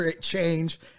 change